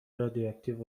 رادیواکتیو